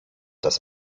das